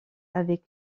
avec